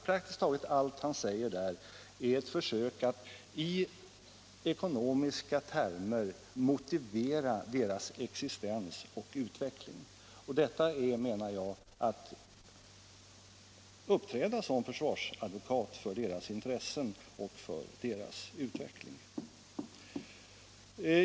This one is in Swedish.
Praktiskt taget allt han säger i svaret är ett försök att i ekonomiska termer motivera deras existens och utveckling och det är, menar jag, att uppträda som försvarsadvokat för deras intressen och för deras utveckling.